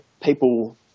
people